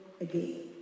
again